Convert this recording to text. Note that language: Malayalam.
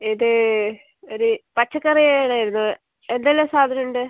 ഇത് ഒരു പച്ചക്കറി വേണമായിരുന്നു എന്തെല്ലാം സാധനം ഉണ്ട്